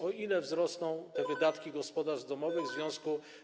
O ile wzrosną więc wydatki gospodarstw domowych w związku